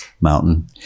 mountain